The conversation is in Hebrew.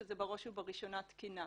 שזה בראש וראשונה תקינה.